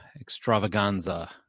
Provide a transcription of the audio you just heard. extravaganza